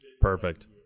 perfect